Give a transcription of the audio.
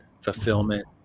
fulfillment